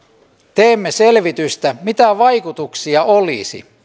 teemme selvitystä mitä vaikutuksia olisi